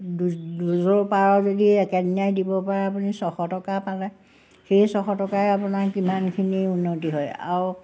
দুযোৰ পাৰ যদি একেদিনাই দিব পাৰে আপুনি ছশ টকা পালে সেই ছশ টকাই আপোনাৰ কিমানখিনি উন্নতি হয় আৰু